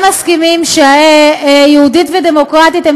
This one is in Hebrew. יהודית ודמוקרטית.